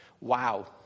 Wow